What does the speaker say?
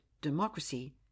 democracy